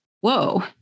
whoa